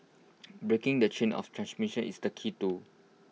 breaking the chain of transmission is the key to